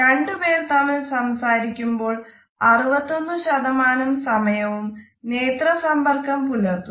രണ്ടുപേർ തമ്മിൽ സംസാരിക്കുമ്പോൾ 61 സമയവും നേത്ര സമ്പർക്കം പുലർത്തുന്നു